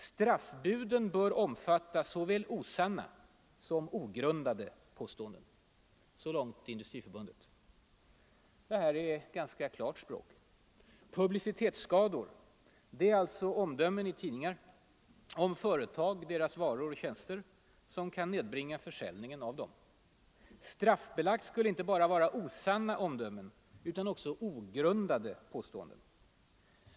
Straffbuden bör omfatta såväl osanna som ogrundade påståenden.” Det här är ganska klart språk. ”Publicitetsskador” — det är alltså omdömen i tidningar om företag, deras varor och tjänster, som kan nedbringa försäljningen. Straffbelagt skulle inte bara vara ”osanna” omdömen utan också ”ogrundade” påståenden.